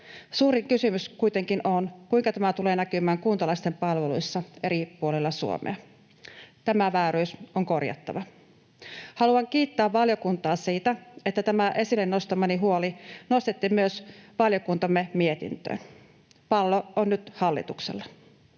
Suuri kysymys kuitenkin on, kuinka tämä tulee näkymään kuntalaisten palveluissa eri puolilla Suomea. Tämä vääryys on korjattava. Haluan kiittää valiokuntaa siitä, että tämä esille nostamani huoli nostettiin myös valiokuntamme mietintöön. Pallo on nyt hallituksella.